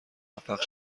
موفق